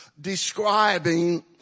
describing